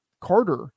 Carter